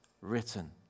written